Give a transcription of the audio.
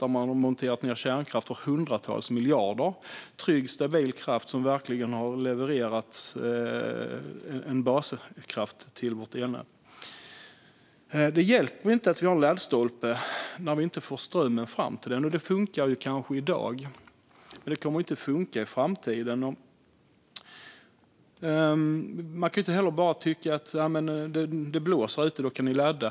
Man har monterat ned kärnkraft för hundratals miljarder - trygg och stabil baskraft till vårt elnät. Det hjälper inte att vi har en laddstolpe när vi inte får ström fram till den. Det funkar kanske i dag, men det kommer inte att funka i framtiden. Att man kan ladda när det blåser ute är inte tillräckligt.